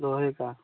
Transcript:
लोहे का